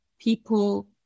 people